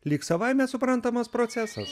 lyg savaime suprantamas procesas